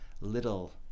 little